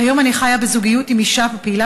כיום אני חיה בזוגיות עם אישה ופעילה